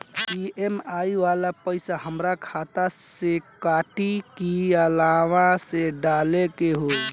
EMI वाला पैसा हाम्रा खाता से कटी की अलावा से डाले के होई?